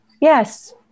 Yes